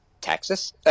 texas